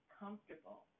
comfortable